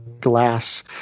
glass